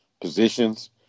positions